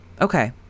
Okay